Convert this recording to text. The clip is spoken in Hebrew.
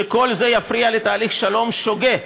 שכל זה יפריע לתהליך השלום, שוגה.